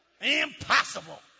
Impossible